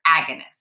agonist